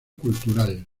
cultural